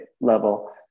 level